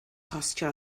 costio